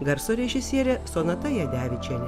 garso režisierė sonata jadevičienė